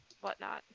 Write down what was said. whatnot